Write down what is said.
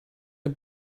dem